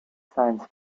science